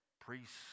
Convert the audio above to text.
priests